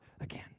again